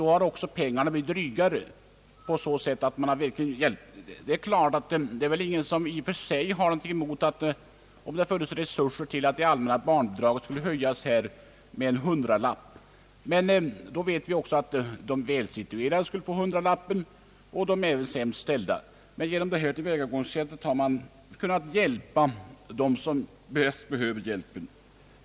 Pengarna blir självfallet drygare i och med att hjälpen koncentreras på det sättet. Ingen har väl i och för sig någonting emot en höjning av det allmänna barnbidraget med en hundralapp, om det funnes resurser till den höjningen. Men då skulle inte bära de sämst ställda utan också de välsituerade få hundralappen. Genom det nu föreslagna tillvägagångssättet hjälper man dem som mest behöver hjälp.